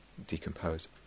decompose